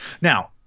Now